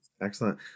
excellent